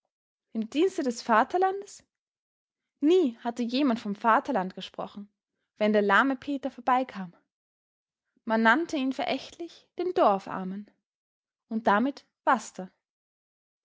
im dienste des vaterlandes nie hatte jemand vom vaterland gesprochen wenn der lahme peter vorbeikam man nannte ihn verächtlich den dorfarmen und damit basta